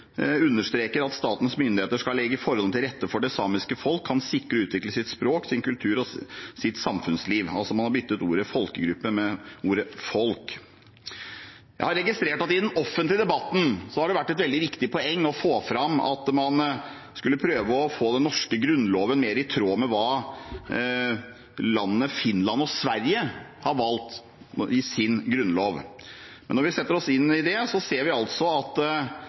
understreker at statens myndigheter skal legge forholdene til rette for at det samiske folk kan sikre og utvikle sitt språk, sin kultur og sitt samfunnsliv. Man har altså byttet ut ordet «folkegruppe» med ordet «folk». Jeg har registrert at det i den offentlige debatten har vært et veldig viktig poeng å få fram at man skulle prøve å få den norske grunnloven mer i tråd med det som landene Finland og Sverige har valgt i sin grunnlov. Når vi setter oss inn i det, ser vi at